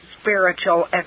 Spiritual